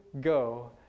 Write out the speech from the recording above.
go